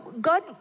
God